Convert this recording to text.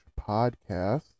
podcast